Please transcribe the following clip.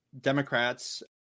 Democrats